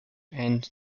and